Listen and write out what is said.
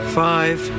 five